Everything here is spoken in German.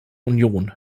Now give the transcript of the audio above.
union